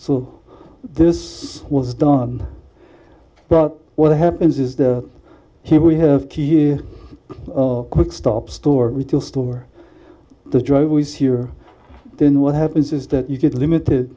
so this was done but what happens is that here we have key quick stop store which will store the driveways here then what happens is that you get limited